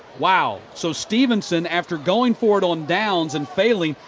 wow! so stephenson, after going for it on downs and failing,